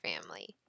family